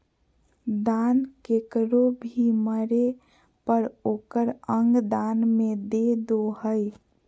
दान केकरो भी मरे पर ओकर अंग दान में दे दो हइ